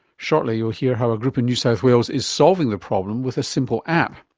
shortly you'll hear how a group in new south wales is solving the problem with a simple app.